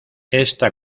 esta